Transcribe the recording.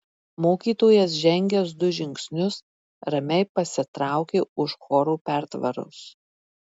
mokytojas žengęs du žingsnius ramiai pasitraukė už choro pertvaros